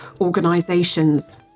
organisations